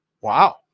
Wow